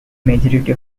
majority